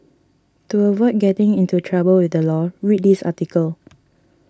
to avoid getting into trouble with the law read this article